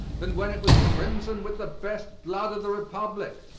than when it was crimson with the best blood of the republic,